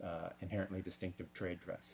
inherently distinctive trait dress